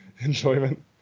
enjoyment